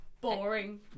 Boring